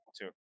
Two